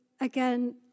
again